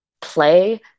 play